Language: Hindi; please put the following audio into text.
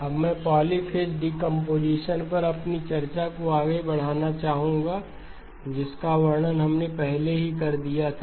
अब मैं पॉलीफ़ेज़ डीकंपोजीशन पर अपनी चर्चा को आगे बढ़ाना चाहूंगा जिसका वर्णन हमने पहले ही कर दिया था